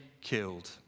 killed